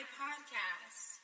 podcast